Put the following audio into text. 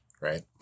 right